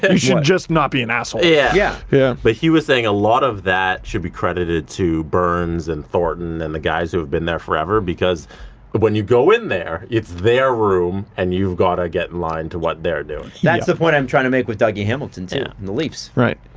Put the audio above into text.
you should just not be an asshole. yeah, yeah. yeah. but he was saying a lot of that should be credited to burns and thornton and the guys who have been there forever, because when you go in there, it's their room and you've got to get in line to what they're doing. that's the point i'm trying to make with dougie hamilton too, in the leafs. right.